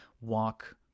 walk